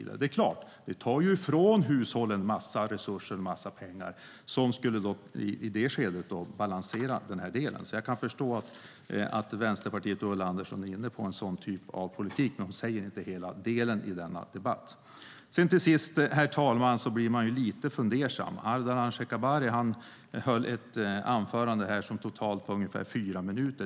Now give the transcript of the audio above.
Det tar ju ifrån hushållen en massa resurser och en massa pengar, som i det skedet skulle balansera den delen. Jag kan förstå att Vänsterpartiet och Ulla Andersson är inne på en sådan typ av politik, men hon säger inte hela delen i denna debatt. Till sist, herr talman, blir jag lite fundersam. Ardalan Shekarabi höll ett anförande här på totalt ungefär fyra minuter.